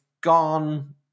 gone